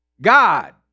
God